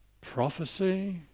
prophecy